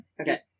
Okay